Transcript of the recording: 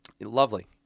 lovely